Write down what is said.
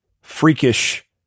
freakish